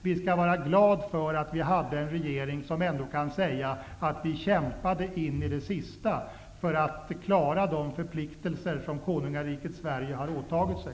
Vi kan vara glada för att vi ändå har en regering som kunde säga att den kämpade in i det sista för att klara de förpliktelser som konungariket Sverige har åtagit sig.